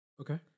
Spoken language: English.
Okay